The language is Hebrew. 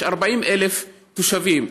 יש 40,000 תושבים.